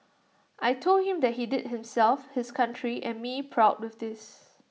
I Told him that he did himself his country and me proud with this